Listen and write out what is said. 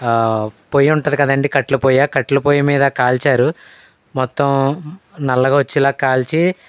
పొయ్యి ఉంటుంది కదండీ కట్టెల పొయ్యి కట్టెల పొయ్యి మీద కాల్చారు మొత్తం నల్లగా వచ్చేలాగా కాల్చి